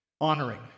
Honoring